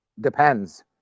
depends